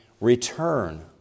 Return